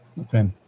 Okay